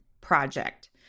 project